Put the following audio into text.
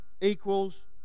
equals